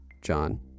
John